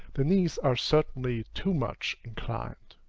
the knees are certainly too much inclined.